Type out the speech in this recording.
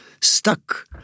stuck